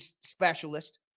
specialist